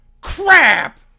Crap